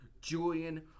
Julian